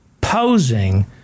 posing